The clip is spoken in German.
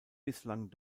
bislang